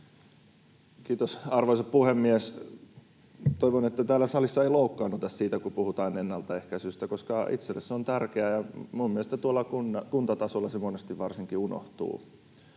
Kiitos, arvoisa puhemies! Toivon, että täällä salissa ei loukkaannuta siitä, kun puhutaan ennaltaehkäisystä, koska itselleni se on tärkeää, ja minun mielestäni tuolla kuntatasolla se monesti varsinkin unohtuu.